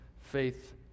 faith